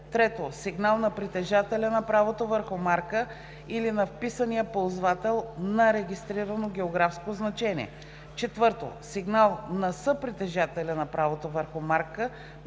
МВР; 3. сигнал на притежателя на правото върху марка или на вписания ползвател на регистрирано географско означение; 4. сигнал на съпритежателя на правото върху марка